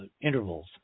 intervals